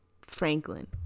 franklin